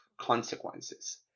consequences